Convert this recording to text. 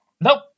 Nope